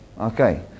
Okay